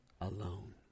Alone